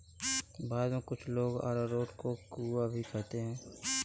भारत में कुछ लोग अरारोट को कूया भी कहते हैं